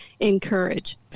encourage